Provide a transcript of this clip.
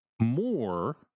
more